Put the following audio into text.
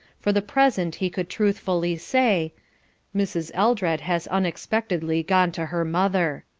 for the present he could truthfully say mrs. eldred has unexpectedly gone to her mother.